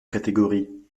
catégorie